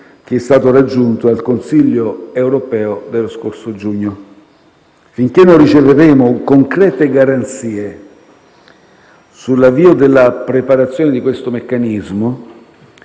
paradigma raggiunto al Consiglio europeo dello scorso giugno. Finché non riceveremo concrete garanzie sull'avvio della preparazione di questo meccanismo,